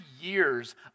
years